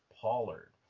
Pollard